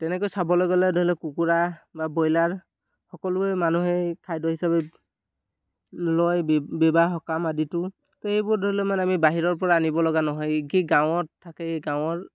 তেনেকৈ চাবলৈ গ'লে ধৰি লওক কুকুৰা বা ব্ৰইলাৰ সকলোৱে মানুহে খাদ্য হিচাপে লয় বিবাহ সকাম আদিতো এইবোৰ ধৰি লওক মানে আমি বাহিৰৰ পৰা আনিব লগা নহয় কি গাঁৱত থাকে এই গাঁৱৰ